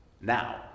now